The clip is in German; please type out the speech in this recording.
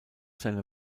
seine